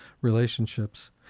relationships